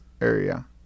area